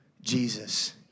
Jesus